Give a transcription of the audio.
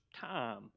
time